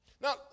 Now